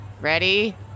ready